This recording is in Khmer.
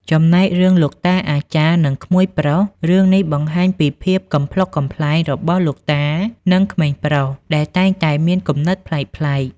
ចំណែករឿងលោកតាអាចារ្យ និងក្មួយប្រុស រឿងនេះបង្ហាញពីភាពកំប្លុកកំប្លែងរបស់លោកតា និងក្មេងប្រុស ដែលតែងតែមានគំនិតប្លែកៗ។